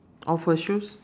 of her shoes